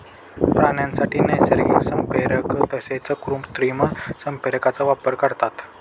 प्राण्यांसाठी नैसर्गिक संप्रेरक तसेच कृत्रिम संप्रेरकांचा वापर करतात